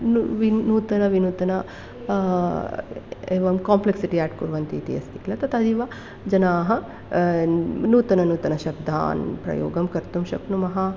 तु वि नूतन विनूतन एवं कोम्प्लेक्सिटि आड् कुर्वन्ति इति अस्ति किल तथा एव जनाः नूतन नूतन शब्दान् प्रयोगं कर्तुं शक्नुमः